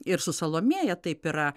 ir su salomėja taip yra